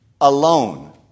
alone